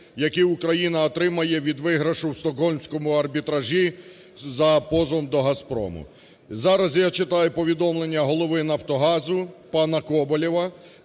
які Україна отримає від виграшу у Стокгольмському арбітражі за позовом до "Газпрому". Зараз я читаю повідомлення голови "Нафтогазу" пана Коболєва,